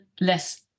less